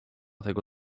tego